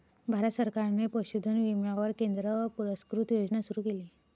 भारत सरकारने पशुधन विम्यावर केंद्र पुरस्कृत योजना सुरू केली